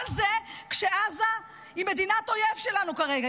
כל זה כשעזה היא מדינת אויב שלנו כרגע,